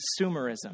consumerism